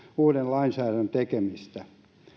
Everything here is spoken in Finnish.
uuden lainsäädännön tekemistä